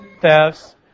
thefts